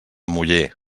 muller